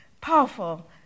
powerful